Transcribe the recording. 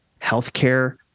Healthcare